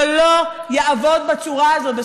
זה לא יעבוד בצורה הזאת.